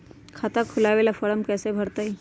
खाता खोलबाबे ला फरम कैसे भरतई?